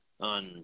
on